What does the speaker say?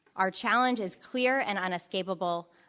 our challenge is clear and inescapable.